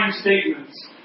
statements